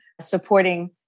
supporting